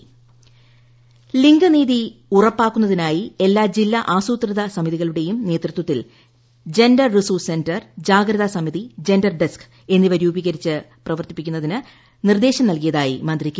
ട്ടടടടടടടടടടടടടടട gender school ലിംഗനീതി ഉറപ്പാക്കുന്നതിനായി എല്ലാ ജില്ലാ ആസൂത്രിത സമിതികളുടെയും നേതൃത്വത്തിൽ ജന്റർ റിസോഴ്സ് സെന്റർ ജാഗ്രതാ സമിതി ജന്റർ ഡെസ്റ്ക് എന്നിവ രൂപീകരിച്ച് പ്രവർത്തിപ്പിക്കുന്നതിന് നിർദ്ദേശ് നൽകിയതായി മന്ത്രി കെ